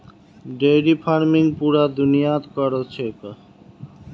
dairy farming पूरा दुनियात क र छेक